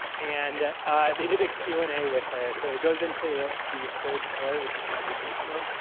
and they did a q and a with her. so, it goes into the third pillar which is conversational.